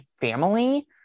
family